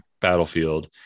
battlefield